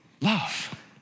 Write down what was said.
love